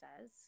says